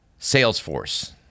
Salesforce